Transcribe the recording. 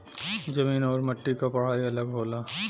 जमीन आउर मट्टी क पढ़ाई अलग होला